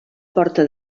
porta